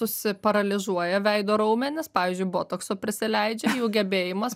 susiparalyžiuoja veido raumenis pavyzdžiui botokso prisileidžia jų gebėjimas